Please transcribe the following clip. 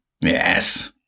Yes